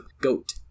goat